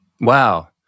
Wow